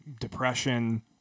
depression